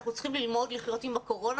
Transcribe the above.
אנחנו צריכים ללמוד לחיות עם הקורונה